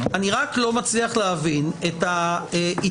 אני רק לא מצליח להבין את ההתעקשות,